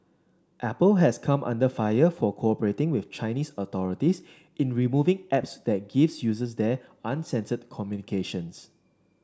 apple has come under fire for cooperating with Chinese authorities in removing apps that gives users there uncensored communications